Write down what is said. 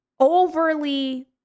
overly